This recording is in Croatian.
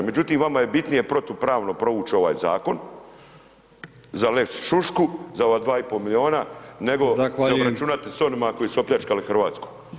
Međutim, vama je bitnije protupravno provući ovaj zakon za lex šušku, za ova 2,5 milijuna nego se obračunati [[Upadica: Zahvaljujem.]] s onima koji su opljačkali Hrvatsku.